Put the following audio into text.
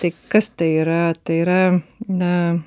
tai kas tai yra tai yra na